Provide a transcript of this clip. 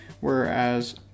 whereas